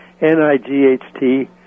N-I-G-H-T